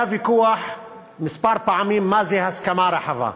היה ויכוח כמה פעמים מה זו הסכמה רחבה.